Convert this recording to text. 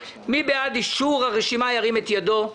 אז נתנו גם אפשרות לתת אישורים לעמותות שעוסקות בחו"ל.